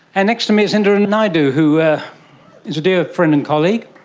and next to me is indira naidoo, who is a dear friend and colleague.